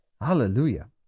Hallelujah